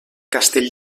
castell